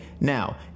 now